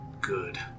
Good